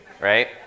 right